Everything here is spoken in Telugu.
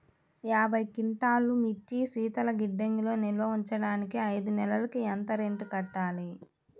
యాభై క్వింటాల్లు మిర్చి శీతల గిడ్డంగిలో నిల్వ ఉంచటానికి ఐదు నెలలకి ఎంత రెంట్ కట్టాలి?